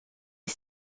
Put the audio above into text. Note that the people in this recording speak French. est